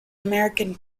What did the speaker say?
american